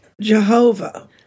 Jehovah